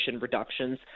reductions